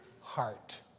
heart